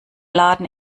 laden